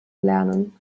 lernen